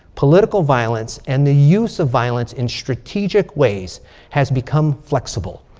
political violence. and the use of violence in strategic ways has become flexible,